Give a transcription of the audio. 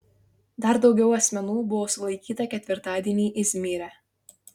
dar daugiau asmenų buvo sulaikyta ketvirtadienį izmyre